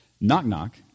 Knock-knock